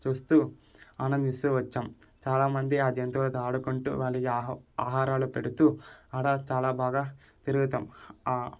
చూస్తూ ఆనందిస్తూ వచ్చాము చాలా మంది ఆ జంతువులతో ఆడుకుంటూ వాళ్ళు ఆహా ఆహారాలు పెడుతూ ఆడ చాలా బాగా తిరుగుతాం